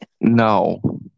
No